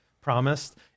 promised